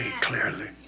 clearly